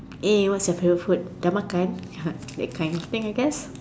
eh what's your favourite food makan that kind of thing I guess